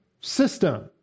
system